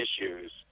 issues